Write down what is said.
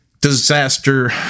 disaster